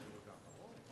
אנחנו זוכרים את HIV,